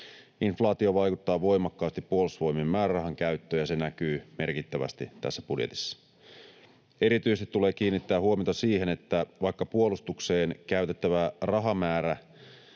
Inflaatio vaikuttaa voimakkaasti Puolustusvoimien määrärahan käyttöön, ja se näkyy merkittävästi tässä budjetissa. Erityisesti tulee kiinnittää huomiota siihen, että vaikka puolustukseen käytettävä rahamäärä